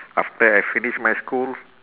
after I finish my school